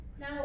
Now